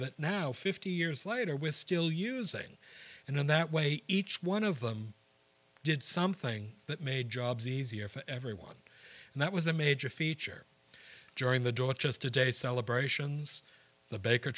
that now fifty years later we're still using and in that way each one of them did something that made jobs easier for everyone and that was a major feature during the drop just a day celebrations the baker